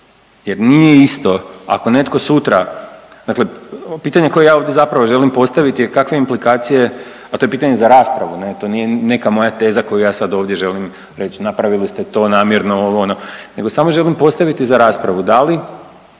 Jer nije isto ako netko sutra dakle, pitanje koje ja ovdje zapravo želim postaviti je kakve implikacije, a to je pitanje za raspravu, to nije neka moja teza koju ja sada ovdje želim reći napravili ste to namjerno, ovo – ono, nego samo želim postaviti za raspravu. Da li